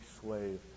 slave